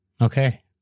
Okay